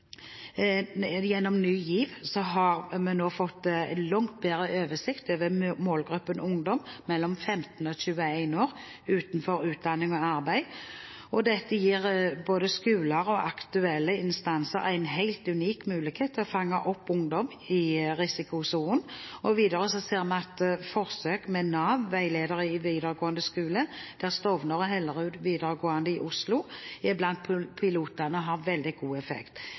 gjennom Ny GIV har vi nå fått langt bedre oversikt over målgruppen ungdom mellom 15 og 21 år utenfor utdanning og arbeid, og dette gir både skoler og aktuelle instanser en helt unik mulighet til å fange opp ungdom i risikosonen. Videre ser vi at forsøk med Nav-veiledere i videregående skole, der Stovner og Hellerud videregående i Oslo er blant pilotene, har veldig god effekt.